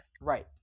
Right